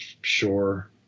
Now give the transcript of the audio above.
Sure